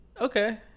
Okay